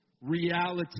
reality